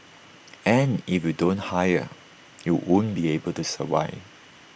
and if you don't hire you won't be able to survive